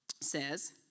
says